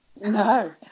No